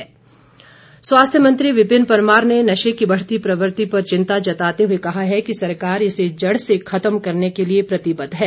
विपिन परमार स्वास्थ्य मंत्री विपिन परमार ने नशे की बढ़ती प्रवृति पर चिंता जताते हुए कहा है कि सरकार इसे जड़ से खत्म करने के लिए प्रतिबद्ध है